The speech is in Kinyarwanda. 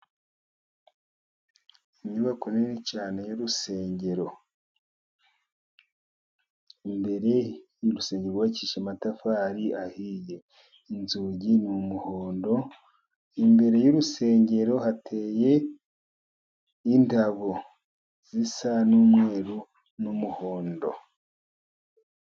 Inyubako nini cyane y'urusengero, imbere y'urusenge rwubakishije amatafari ahiye, inzugi n'umuhondo imbere y'urusengero hateye y'indabo zisa n'umweru n'umuhondo.